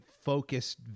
focused